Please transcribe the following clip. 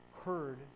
heard